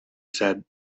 said